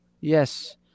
Yes